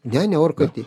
ne ne orkaitėj